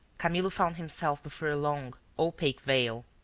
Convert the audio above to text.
camillo found himself before a long, opaque veil.